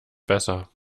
besser